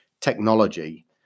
technology